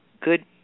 good